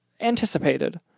anticipated